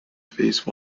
phase